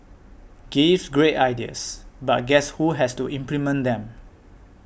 gives great ideas but guess who has to implement them